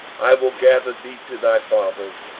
i will gather thee to thy fathers,